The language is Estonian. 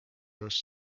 just